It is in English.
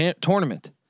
tournament